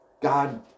God